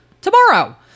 tomorrow